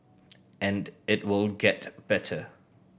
and it will get better